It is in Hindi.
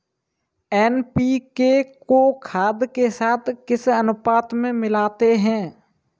एन.पी.के को खाद के साथ किस अनुपात में मिलाते हैं?